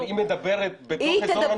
אבל היא מדברת בתוך אזור הנוחות שלה,